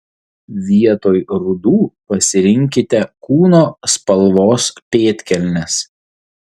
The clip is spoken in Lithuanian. vietoj rudų pasirinkite kūno spalvos pėdkelnes